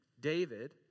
David